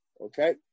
Okay